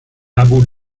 abu